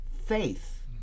faith